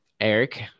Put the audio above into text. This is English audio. Eric